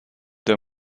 der